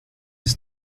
till